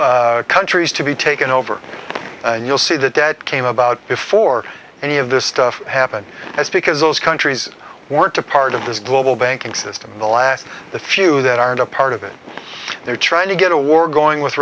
clark countries to be taken over and you'll see that that came about before any of this stuff happened that's because those countries weren't a part of this global banking system the last the few that aren't a part of it they're trying to get a war going with